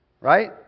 right